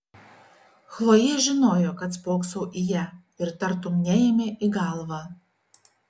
chlojė žinojo kad spoksau į ją ir tartum neėmė į galvą